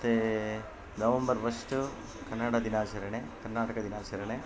ಮತ್ತು November first Kannada ದಿನಾಚರಣೆ ಕರ್ನಾಟಕ ದಿನಾಚರಣೆ